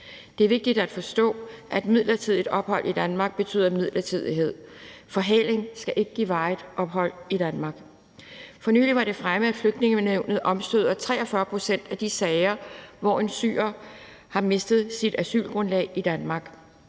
Det er vigtigt at forstå, at midlertidigt ophold i Danmark betyder, at det er midlertidigt. Forhaling skal ikke give varigt ophold i Danmark. For nylig var det fremme, at Flygtningenævnet omstøder afgørelsen i 43 pct. af de sager, hvor en syrer har mistet sit asylgrundlag i Danmark.